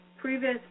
Previous